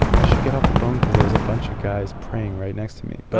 i should get off the phone because there's a bunch of guys praying right next to me. but